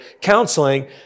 counseling